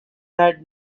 had